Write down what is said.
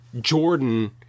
jordan